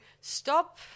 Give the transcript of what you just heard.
stop